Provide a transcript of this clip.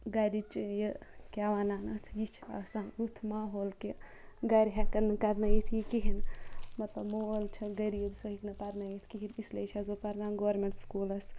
گَرِچ یہِ کیاہ وَنان اَتھ یہِ چھُ آسان ہُتھ ماحول کہِ گَرٕ ہیٚکَن نہٕ کَرنٲیِتھ یہِ کِہیٖنۍ مَطلَب مول چھُ غریٖب سُہ ہیٚکہِ نہٕ پَرنٲیِتھ کِہیٖنۍ اِسلیے چھَس بہٕ پَران گورمینٹ سکوٗلَس